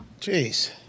Jeez